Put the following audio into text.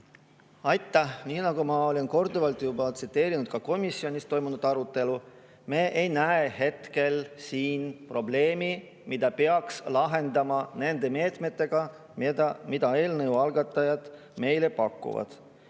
Aitäh! Nii nagu ma olen korduvalt tsiteerinud komisjonis toimunud arutelu, me ei näe hetkel siin probleemi, mida peaks lahendama nende meetmetega, mida eelnõu algatajad meile pakuvad.